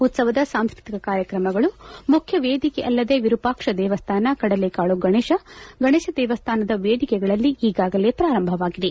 ಉತ್ಸವದ ಸಾಂಸ್ಕೃತಿಕ ಕಾರ್ಯಕ್ರಮಗಳು ಮುಖ್ಯವೇದಿಕೆ ಅಲ್ಲದೆ ವಿರೂಪಾಕ್ಷ ದೇಮ್ಹಾನ ಕಡಲೇಕಾಳು ಗಣೇಶ ದೇಮ್ಹಾನದ ವೇದಿಕೆಗಳಲ್ಲಿ ಈಗಾಗಲೇ ಪ್ರಾರಂಭವಾಗಿದೆ